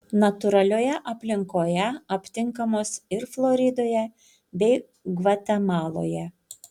natūralioje aplinkoje aptinkamos ir floridoje bei gvatemaloje